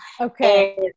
Okay